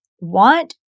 want